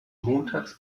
montags